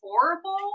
horrible